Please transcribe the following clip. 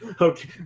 Okay